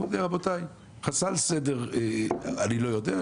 רבותי חסל סדר אני לא יודע,